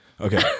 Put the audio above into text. okay